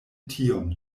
tion